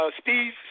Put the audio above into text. Steve